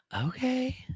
Okay